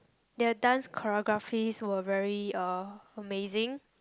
their dance choreographies were very uh amazing